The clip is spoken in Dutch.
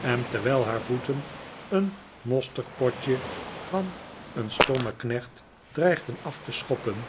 en terwijl haar voeten een mosterdpotje van een stommekneclit dreigden af te schoppen